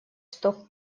что